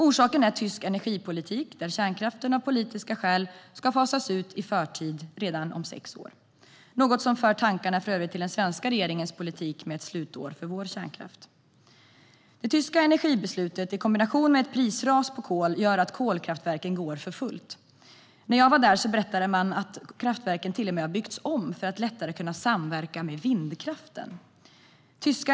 Orsaken är tysk energipolitik, där kärnkraften av politiska skäl ska fasas ut i förtid redan om sex år. Det är för övrigt något som för tankarna till den svenska regeringens politik med ett slutår för vår kärnkraft. Det tyska energibeslutet i kombination med ett prisras på kol gör att kolkraftverken går för fullt. När jag var där berättade man att kraftverken till och med har byggts om för att lättare kunna samverka med vindkraften.